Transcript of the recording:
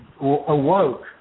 awoke